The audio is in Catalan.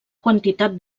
quantitat